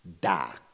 die